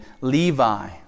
Levi